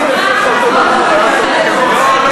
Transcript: זה שהוא הצליח לאלף איש מפלגת העבודה.